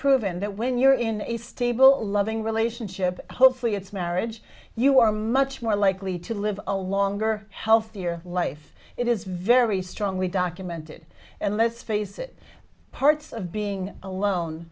proven that when you're in a stable loving relationship hopefully it's marriage you are much more likely to live a longer healthier life it is very strong we documented and let's face it parts of being alone